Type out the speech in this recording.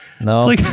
No